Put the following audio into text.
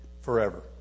Forever